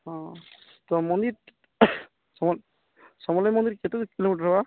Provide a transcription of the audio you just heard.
ହଁ ତ ମୋହିତ ସମଲ ସମଲେଇ ମନ୍ଦିର କେତେ କିଲୋମିଟର ହବା